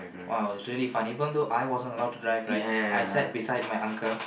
!wow! is really fun even though I wasn't allowed to drive right I sat beside my uncle